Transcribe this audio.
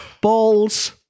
Balls